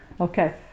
Okay